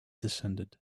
descended